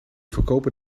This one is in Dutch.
verkopen